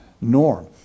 norm